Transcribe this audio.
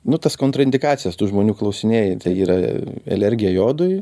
nu tas kontraindikacijas tų žmonių klausinėji tai yra alergija jodui